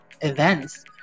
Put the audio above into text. events